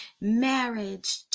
marriage